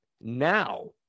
Now